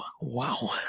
Wow